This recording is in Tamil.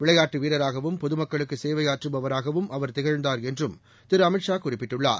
விளையாட்டுவீரராகவும் பொதுமக்களுக்குசேவையாற்றுபவராகவும் அவர் திகழ்ந்தார் என்றும் திருஅமித் ஷா குறிப்பிட்டுள்ளார்